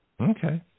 Okay